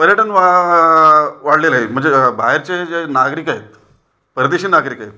पर्यटन वा वाढलेलं आहे म्हणजे बाहेरचे जे नागरिक आहेत परदेशी नागरिक आहेत